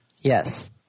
Yes